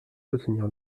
soutenir